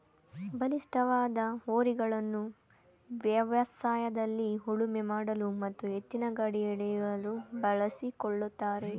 ಬಲಿಷ್ಠವಾದ ಹೋರಿಗಳನ್ನು ವ್ಯವಸಾಯದಲ್ಲಿ ಉಳುಮೆ ಮಾಡಲು ಮತ್ತು ಎತ್ತಿನಗಾಡಿ ಎಳೆಯಲು ಬಳಸಿಕೊಳ್ಳುತ್ತಾರೆ